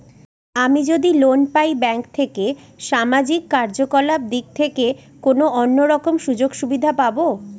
আমি যদি লোন পাই ব্যাংক থেকে সামাজিক কার্যকলাপ দিক থেকে কোনো অন্য রকম সুযোগ সুবিধা পাবো?